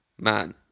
man